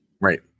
Right